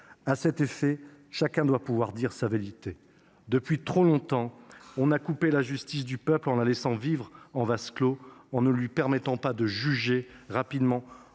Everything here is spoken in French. À cet effet, chacun doit pouvoir dire sa vérité. Depuis trop longtemps, on a coupé la justice du peuple, en la laissant vivre en vase clos, en ne lui permettant pas de juger rapidement,